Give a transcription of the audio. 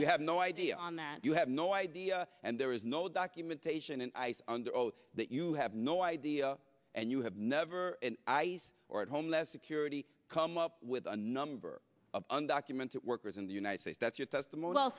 you have no idea on that you have no idea and there is no documentation and ice under oath that you have no idea and you have never or at home security come up with a number of undocumented workers in the united states that your testimony